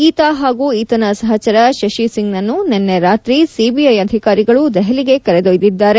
ಈತ ಹಾಗೂ ಈತನ ಸಹಚರ ಶಶಿ ಸಿಂಗ್ನನ್ನು ನಿನ್ನೆ ರಾತ್ರಿ ಸಿಬಿಐ ಅಧಿಕಾರಿಗಳು ದೆಹಲಿಗೆ ಕರೆದೊಯ್ದಿದ್ದಾರೆ